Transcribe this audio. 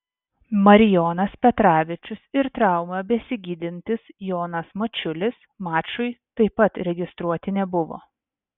marijonas petravičius ir traumą besigydantis jonas mačiulis mačui taip pat registruoti nebuvo